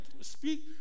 speak